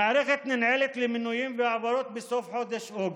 המערכת ננעלת למינויים והעברות בסוף חודש אוגוסט,